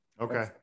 Okay